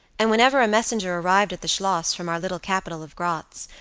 and whenever a messenger arrived at the schloss from our little capital of gratz,